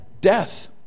death